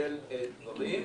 של דברים,